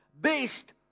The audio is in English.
based